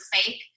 fake